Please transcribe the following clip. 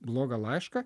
blogą laišką